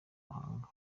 mahanga